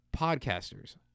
Podcasters